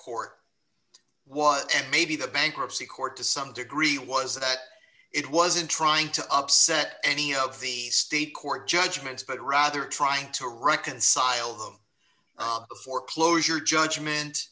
court what maybe the bankruptcy court to some degree was that it wasn't trying to upset any of the state court judgments but rather trying to reconcile the foreclosure judgment